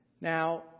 Now